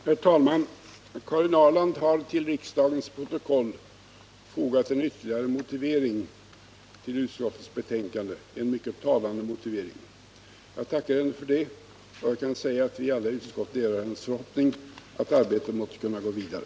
Herr talman! Karin Ahrland har till riksdagens protokoll fogat en ytterligare motivering till utskottets betänkande, en mycket talande motivering. Jag tackar henne för det. Jag kan säga att vi alla i utskottet delar hennes förhoppning att arbetet måtte kunna gå vidare.